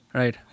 right